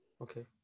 Okay